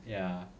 ya